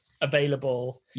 available